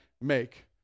make